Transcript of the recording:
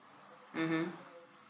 mmhmm